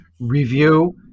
review